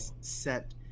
set